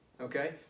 Okay